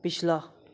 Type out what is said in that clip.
पिछला